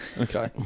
okay